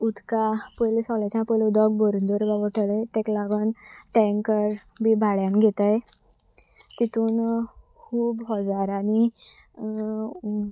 उदका पयलीं सगलेंच्या पयलें उदक भरून दवरूपा पडटले ताका लागोन टेंकर बी भाड्याक घेताय तितून खूब हजारांनी